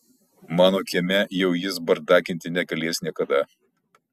mano kieme jau jis bardakinti negalės niekada